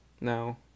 No